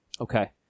Okay